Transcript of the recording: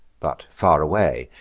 but far away,